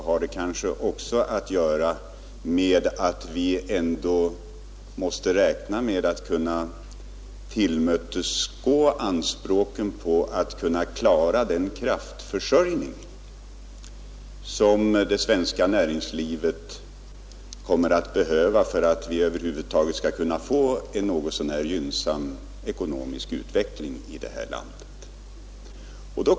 Vi måste nog räkna med att det blir nödvändigt att tillgodose de anspråk på kraftförsörjningen som vi står inför om vi skall få en något så när gynnsam ekonomisk utveckling i landet.